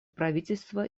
правительство